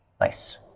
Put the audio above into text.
Nice